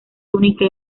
túnica